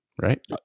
right